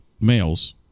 males